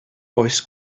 oes